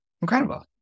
incredible